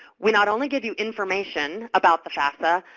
we not only give you information about the fafsa,